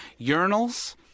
Urinals